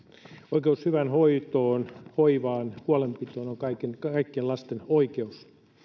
oikeus hyvään hoitoon hoivaan huolenpitoon on kaikkien lasten oikeus